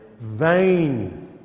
Vain